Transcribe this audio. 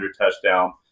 touchdown